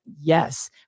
Yes